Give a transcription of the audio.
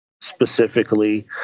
specifically